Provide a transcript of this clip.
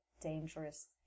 dangerous